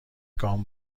گام